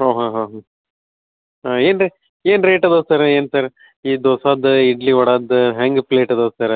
ಹಾಂ ಹಾಂ ಹಾಂ ಹ್ಞೂ ಹಾಂ ಏನು ರೀ ಏನು ರೇಟದೆ ಸರ ಏನ್ ಸರ ಈ ದೋಸಾದ್ದು ಇಡ್ಲಿ ವಡಾದ್ದು ಹ್ಯಾಂಗೆ ಪ್ಲೇಟ್ ಅದವೆ ಸರ್